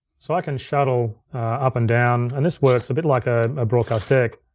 so i can shuttle up and down, and this works a bit like ah a broadcast deck.